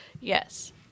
yes